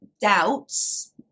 doubts